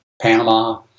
Panama